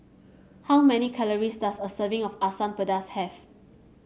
how many calories does a serving of Asam Pedas have